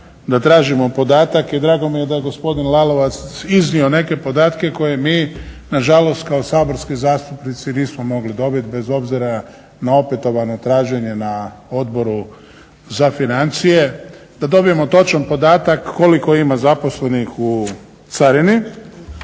da tražimo podatak i drago mi je da je gospodin Lalovac iznio neke podatke koje mi nažalost kao saborski zastupnici nismo mogli dobit, bez obzira na opetovano traženje na Odboru za financije, da dobijemo točan podatak koliko ima zaposlenih u carini.